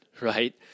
Right